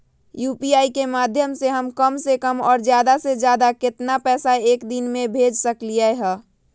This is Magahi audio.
यू.पी.आई के माध्यम से हम कम से कम और ज्यादा से ज्यादा केतना पैसा एक दिन में भेज सकलियै ह?